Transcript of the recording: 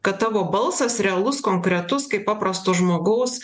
kad tavo balsas realus konkretus kaip paprasto žmogaus